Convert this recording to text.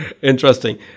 interesting